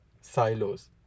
silos